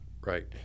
Right